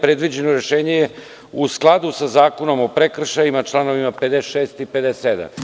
Predviđeno rešenje je u skladu sa Zakonom o prekršajima, članovima 56. i 57.